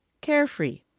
carefree